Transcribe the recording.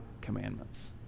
commandments